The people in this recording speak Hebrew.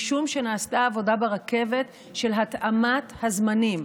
משום שנעשתה עבודה ברכבת של התאמת הזמנים.